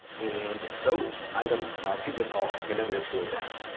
and those items are people that, oh, i can never afford that.